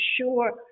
sure